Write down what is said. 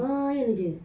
main jer